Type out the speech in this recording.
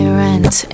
rent